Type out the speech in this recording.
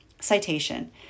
Citation